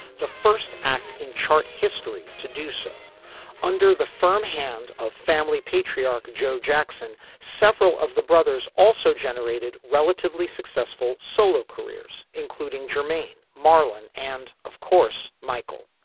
the first act in chart history to do so under the firm hand of family patriarch joe jackson several of the brothers also generated relatively successful solo careers including jermaine marlon and of course michael.